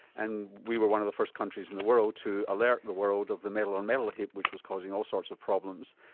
and we were one of the first countries in the world to alert the world of the metal on metal hip which was causing all sorts of problems,